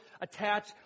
attach